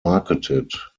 marketed